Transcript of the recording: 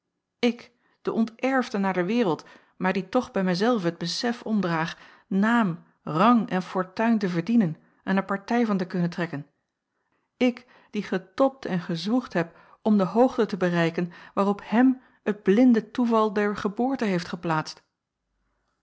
ik de onterfde naar de wereld maar die toch bij mij zelven het besef omdraag naam rang en fortuin te verdienen en er partij van te kunnen trekken ik die getobt en gezwoegd heb om de hoogte te bereiken waarop hem het blinde toeval der geboorte heeft geplaatst